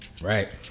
right